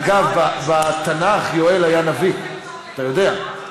אגב, בתנ"ך יואל היה נביא, אתה יודע.